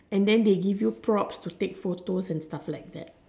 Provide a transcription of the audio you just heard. and then they give you props to take photos and stuffs like that